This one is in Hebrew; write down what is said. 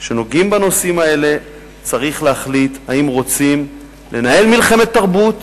כשנוגעים בנושאים האלה צריך להחליט אם רוצים לנהל מלחמת תרבות,